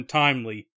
timely